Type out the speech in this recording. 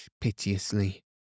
piteously